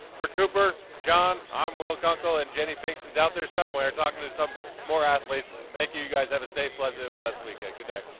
for cooper, john, i'm will kunkel and jenny pinkston is out there somewhere talking to some more athletes. thank you, guys. have a safe, pleasant and blessed weekend. good night!